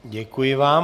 Děkuji vám.